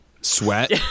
Sweat